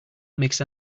makes